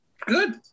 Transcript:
Good